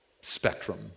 spectrum